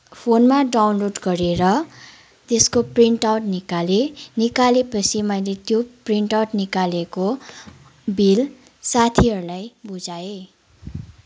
फोनमा डाउनलोड गरेर त्यसको प्रिन्ट आउट निकालेँ निकालेपछि मैले त्यो प्रिन्ट आउट निकालेको बिल साथीहरूलाई बुझाएँ